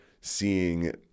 seeing